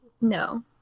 No